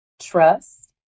trust